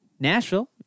Nashville